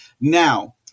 Now